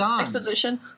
exposition